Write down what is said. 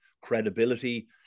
credibility